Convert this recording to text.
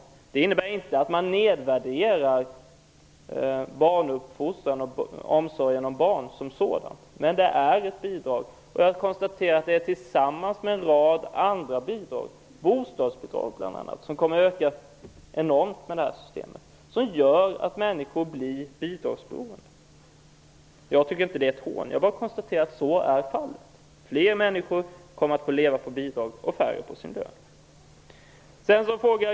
Men det innebär inte att barnuppfostran och omsorgen om barn som sådan nedvärderas. Det är dock fråga om ett bidrag. Jag konstaterar att detta bidrag tillsammans med en rad andra bidrag -- bl.a. bostadsbidragen, som kommer att öka enormt med det här systemet -- gör att människor blir bidragsberoende. Jag tycker inte att det är ett hån, utan jag bara konstaterar att så är fallet. Fler människor kommer att få leva på bidrag och färre på sin lön.